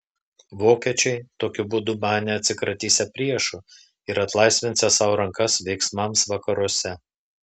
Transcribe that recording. vokiečiai tokiu būdu manė atsikratysią priešo ir atlaisvinsią sau rankas veiksmams vakaruose